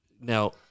Now